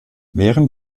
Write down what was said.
während